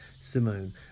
Simone